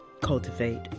cultivate